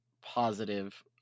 positive